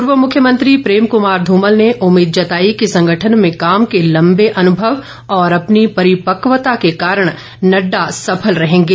पूर्व मुख्यमंत्री प्रेम कुमार धूमल ने उम्मीद जताई कि संगठन में काम के लम्बे अनुभव और अपनी परिपक्वता के कारण नड़डा सफल रहेंगे